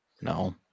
No